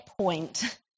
point